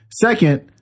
Second